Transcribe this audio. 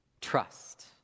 trust